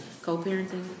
co-parenting